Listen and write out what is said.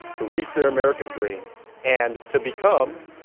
to reach their american dream and to become,